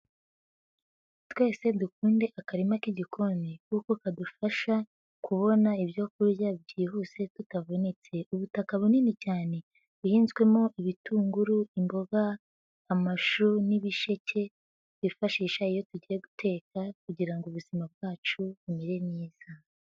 Twese dukunde akarima k'igikoni kuko kadufasha kubona ibyo kurya byihuse tutavunitse, ubutaka bunini cyane buhinzwemo ibitunguru, imboga, amashu n'ibisheke twifashisha iyo tugiye guteka kugira ngo ubuzima bwacu bumere neza.